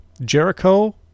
Jericho